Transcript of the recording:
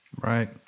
Right